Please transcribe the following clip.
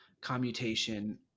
commutation